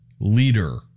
leader